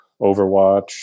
Overwatch